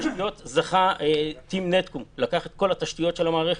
בתשתיות זכה Team… שלקח את כל תשתיות המערכת,